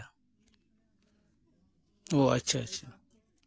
ᱳ ᱟᱪᱪᱷᱟ ᱟᱪᱪᱷᱟ